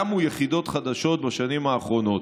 קמו יחידות חדשות בשנים האחרונות.